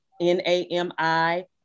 N-A-M-I